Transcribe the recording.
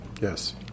Yes